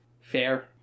Fair